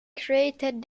created